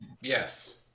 Yes